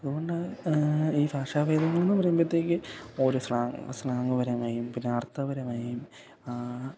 അതുകൊണ്ട് ഈ ഭാഷ ഭേദങ്ങൾ എന്ന് പറയുമ്പോഴത്തേക്ക് ഓരോ സ്ലാങ് സ്ലാങ്പരമായും പിന്നെ അർത്ഥപരമായും